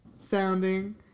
sounding